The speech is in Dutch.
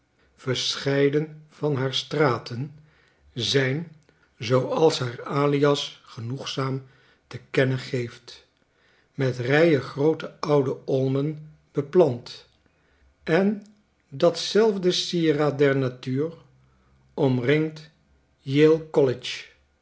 verscheiden van haar straten zijn zooals kaar alias genoegzaam te kennen geeft met rijen groote oude olmenbeplant en dat zelfde sieraad der natuur omringt yale college